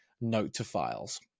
note-to-files